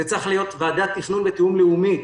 זו צריכה להיות ועדת תכנון ותיאום לאומית,